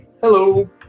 Hello